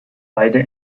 beide